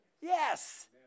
Yes